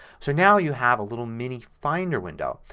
so now you have a little mini finder window.